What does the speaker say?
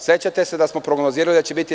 Sećate se da smo prognozirali da će biti 2%